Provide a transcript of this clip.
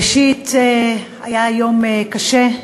ראשית, היה יום קשה,